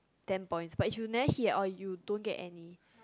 ten points but if you never hit or you don't get any